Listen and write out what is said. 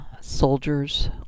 soldiers